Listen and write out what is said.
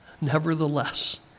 Nevertheless